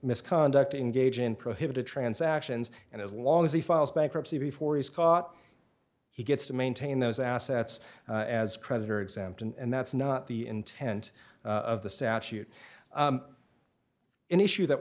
misconduct engage in prohibited transactions and as long as he files bankruptcy before he's caught he gets to maintain those assets as creditor exempt and that's not the intent of the statute an issue that